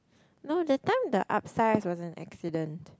no that time the upsize was an accident